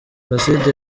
placide